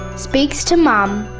speaks to mum.